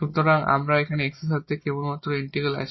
কারণ আমাদের এখানে x এর সাথে এখানে কেবল ইন্টিগ্রাল আছে